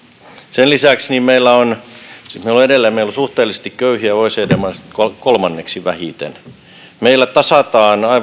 sen lisäksi meillä on meillä on edelleen suhteellisesti köyhiä oecd maista kolmanneksi vähiten meillä tasataan